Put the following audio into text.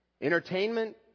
entertainment